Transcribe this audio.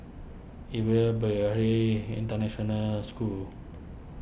Yuva Bharati International School